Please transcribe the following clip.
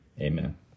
Amen